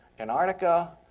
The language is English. antarctica,